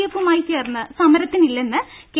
എഫുമായി ചേർന്ന് സമരത്തിനില്ലെന്ന് കെ